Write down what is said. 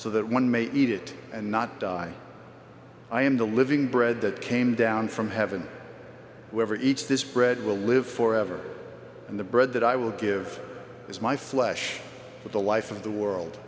so that one may eat it and not die i am the living bread that came down from heaven whoever eats this bread will live forever and the bread that i would give is my flesh for the life of the world